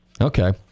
Okay